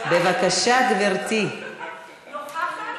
אינה נוכחת,